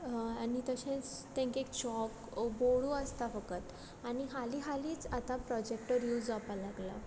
आनी तशेंच तेंका चॉक बोर्डू आसता फक्त आनी हालीं हालींच आतां प्रोजेक्टर यूज जावपाक लागला